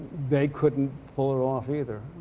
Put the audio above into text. they couldn't pull it off either.